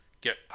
get